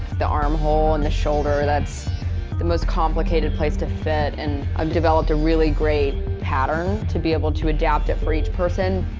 the armhole and the shoulder, that's the most complicated place to fit and i've developed a really great pattern to be able to adapt it for each person.